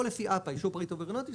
או לפי אפ"א אישור פריט אווירונאוטי,